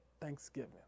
Thanksgiving